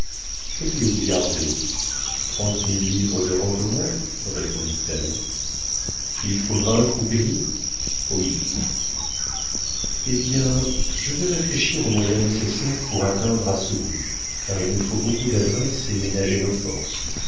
que voulez-vous garder trente mille livres de rente au moins répondit-elle il faut vaincre ou périr oui eh bien je vais réfléchir aux moyens nécessaires pour atteindre à ce but car il nous faut beaucoup d'adresse et ménager nos forces